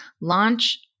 launch